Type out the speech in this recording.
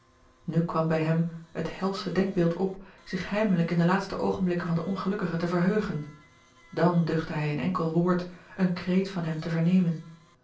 nu kwam bij hem het helsche denkbeeld op zich heimelijk in de laatste oogenblikken van den ongelukkige te verheugen dàn duchtte hij een enkel woord een kreet van hem te vernemen